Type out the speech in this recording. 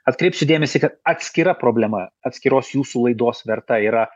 atkreipsiu dėmesį kad atskira problema atskiros jūsų laidos verta yra